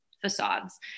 facades